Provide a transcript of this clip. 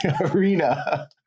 arena